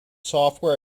software